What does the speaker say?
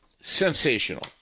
sensational